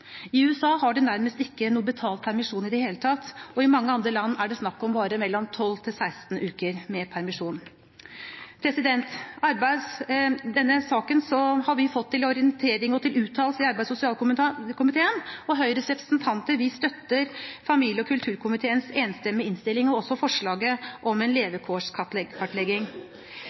I USA har de nærmest ikke betalt permisjon i det hele tatt, og i mange andre land er det bare snakk om mellom 12 og 16 uker med permisjon. Denne saken har vi fått til orientering og uttalelse i arbeids- og sosialkomiteen. Høyres representanter støtter familie- og kulturkomiteens enstemmige innstilling og også forslaget om en